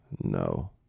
No